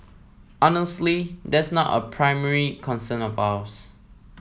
honestly that's not a primary concern of ours